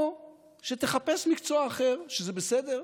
או שתחפש מקצוע אחר, שזה בסדר,